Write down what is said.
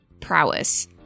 prowess